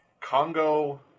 Congo